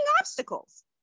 obstacles